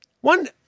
One